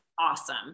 awesome